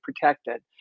protected